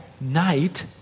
night